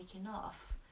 enough